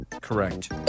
Correct